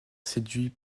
séduit